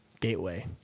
gateway